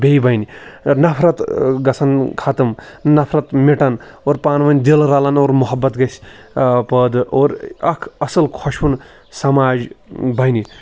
بیٚیہِ بَنہِ نفرت گژھن ختٕم نفرت مِٹن اور پانہٕ ؤنۍ دِل رلن اور محبت گژھِ پٲدٕ اور اکھ اَصٕل خۄشوُن سماج بنہِ